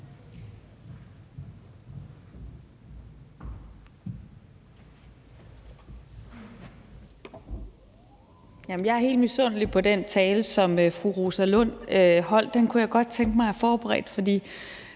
Jeg er helt misundelig over den tale, som fru Rosa Lund holdt. Den kunne jeg godt tænke mig at have holdt, for